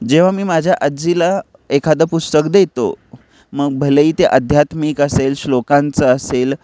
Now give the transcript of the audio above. जेव्हा मी माझ्या आजीला एखादं पुस्तक देतो मग भलेही ते अध्यात्मिक असेल श्लोकांचं असेल